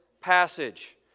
passage